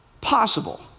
possible